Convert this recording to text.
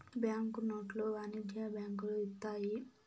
bank నోట్లు వాణిజ్య బ్యాంకులు ఇత్తాయి